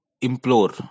implore